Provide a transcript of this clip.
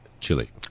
Chile